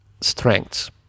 strengths